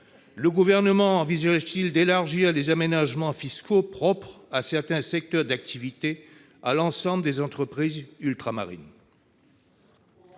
Le Gouvernement envisage-t-il d'élargir les aménagements fiscaux propres à certains secteurs d'activité à l'ensemble des entreprises ultramarines ?